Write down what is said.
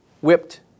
whipped